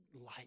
light